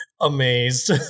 amazed